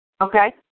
Okay